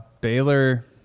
Baylor